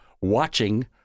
watching